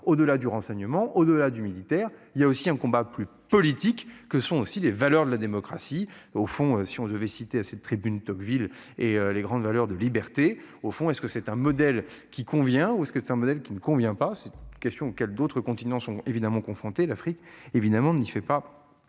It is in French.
au-delà du renseignement au-delà du militaire. Il y a aussi un combat plus politique que sont aussi les valeurs de la démocratie au fond si on devait cité à cette tribune Tocqueville et les grandes valeurs de liberté, au fond, est-ce que c'est un modèle qui convient ou est-ce que c'est un modèle qui ne convient pas cette question auxquelles d'autres continents sont évidemment confrontés l'Afrique évidemment ne y fait pas.